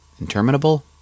Interminable